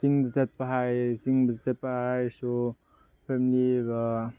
ꯆꯤꯡꯗ ꯆꯠꯄ ꯍꯥꯏꯔꯁꯤ ꯆꯤꯡꯗ ꯆꯠꯄ ꯍꯥꯏꯔꯁꯨ ꯐꯦꯃꯤꯂꯤꯒ